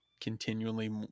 continually